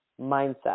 mindset